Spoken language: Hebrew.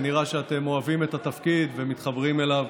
ונראה שאתם אוהבים את התפקיד ומתחברים אליו.